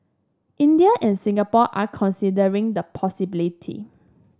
India and Singapore are considering the possibility